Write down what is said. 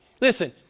Listen